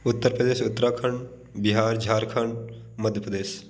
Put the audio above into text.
Uttar Pradesh Uttarakhand Bihar Jharkhand Madhya Pradesh